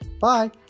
Bye